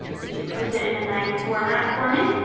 it just puts it in a nice format for me